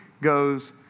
goes